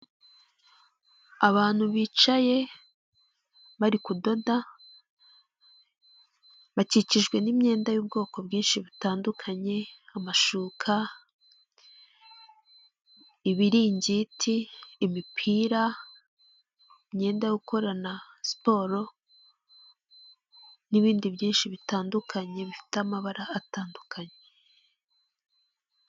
Abantu bicaye bari kudoda bakikijwe n'imyenda y'ubwoko bwinshi butandukanye amashuka, ibiringiti, imipira, imyenda yo gukorana siporo n'ibindi byinshi bitandukanye bifite amabara atandukanye.